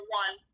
one